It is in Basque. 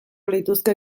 lituzke